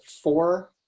four